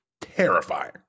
Terrifying